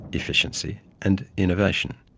efficiency and innovation.